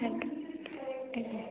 ଆଜ୍ଞା ଆଜ୍ଞା